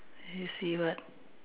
you see what